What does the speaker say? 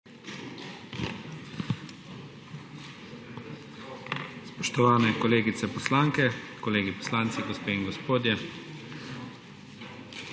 Spoštovani kolegice poslanke in kolegi poslanci, gospe in gospodje!